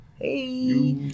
Hey